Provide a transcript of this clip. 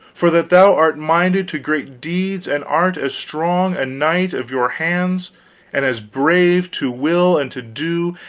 for that thou art minded to great deeds and art as strong a knight of your hands and as brave to will and to do,